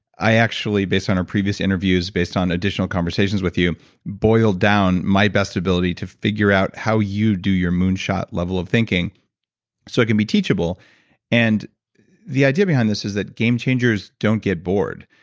i actually based on our previous interviews based on additional conversations with you boiled down my best ability to figure out how you do your moonshot level of thinking so it can be teachable and the idea behind this is that game changers don't get bored.